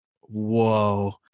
Whoa